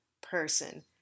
person